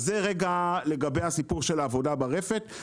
אז זה רגע לגבי הסיפור של העבודה ברפת.